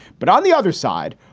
but on the other side,